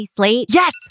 yes